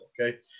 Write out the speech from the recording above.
Okay